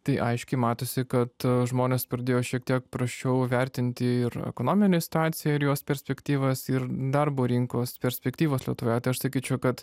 tai aiškiai matosi kad žmonės pradėjo šiek tiek prasčiau vertinti ir ekonominę situaciją ir jos perspektyvas ir darbo rinkos perspektyvas lietuvoje aš sakyčiau kad